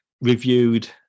reviewed